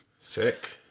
Sick